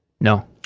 No